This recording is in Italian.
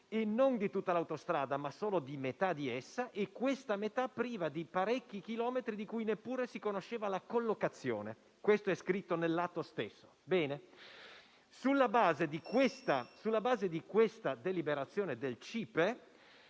e non di tutta l'autostrada, ma solo di metà di essa, tra l'altro una metà priva di parecchi chilometri di cui neppure si conosceva la collocazione. Questo è scritto nell'atto stesso. Sulla base della deliberazione del CIPE,